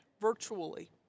virtually